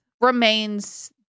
remains